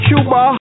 Cuba